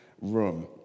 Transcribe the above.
room